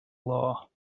law